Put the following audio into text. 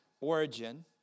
origin